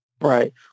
Right